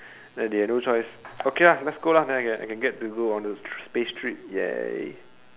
like they have no choice okay lah let's go lah then I can I can get to go on a space trip !yay!